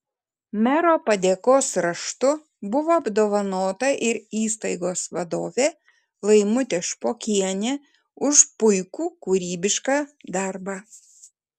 mero padėkos raštu buvo apdovanota ir įstaigos vadovė laimutė špokienė už puikų kūrybišką darbą